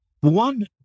One